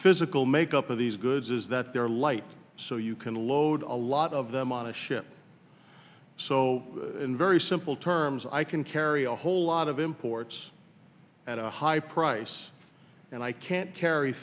physical makeup of these goods is that they're light so you can load a lot of them on a ship so in very simple terms i can carry a whole lot of imports at a high price and i can't carry